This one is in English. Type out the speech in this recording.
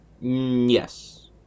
Yes